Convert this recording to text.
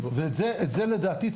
ואת זה לדעתי,